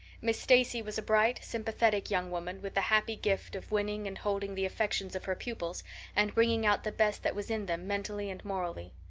miss stacy was a bright, sympathetic young woman with the happy gift of winning and holding the affections of her pupils and bringing out the best that was in them mentally and morally.